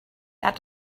that